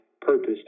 purpose